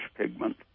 pigment